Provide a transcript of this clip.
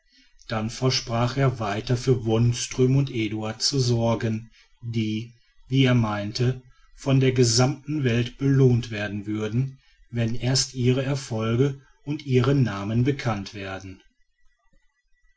dann versprach er weiter für wonström und eduard zu sorgen die wie er meinte von der gesamten welt belohnt werden würden wenn erst ihre erfolge und ihre namen bekannt werden